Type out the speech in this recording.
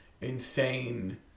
insane